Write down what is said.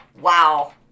wow